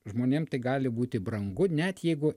žmonėm tai gali būti brangu net jeigu